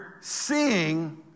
seeing